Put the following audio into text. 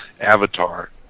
Avatar